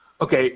Okay